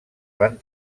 van